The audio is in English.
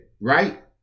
right